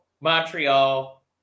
Montreal